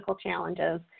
challenges